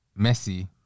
Messi